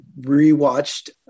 re-watched